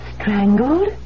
Strangled